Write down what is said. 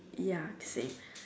ya same